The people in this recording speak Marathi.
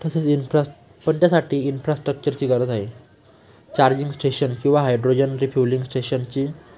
तसेच इन्फ्रा पण त्यासाठी इन्फ्रास्ट्रक्चरची गरज आहे चार्जिंग स्टेशन किंवा हायड्रोजन रिफ्युलिंग स्टेशनची